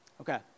Okay